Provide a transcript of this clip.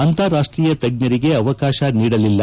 ಅಂತಾರಾಷ್ಟೀಯ ತಜ್ಞರಿಗೆ ಅವಕಾಶ ನೀಡಲಿಲ್ಲ